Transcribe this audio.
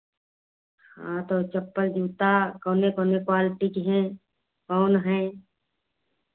हाँ तो चप्पल जूता कोने कोने क्वालिटी की है कौन है